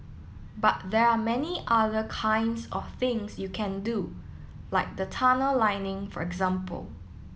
but there are many other kinds of things you can do like the tunnel lining for example